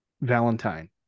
Valentine